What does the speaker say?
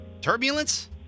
Turbulence